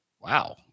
Wow